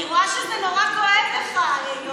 אני רואה שזה נורא כואב לך, יואב.